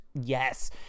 yes